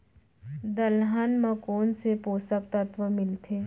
दलहन म कोन से पोसक तत्व मिलथे?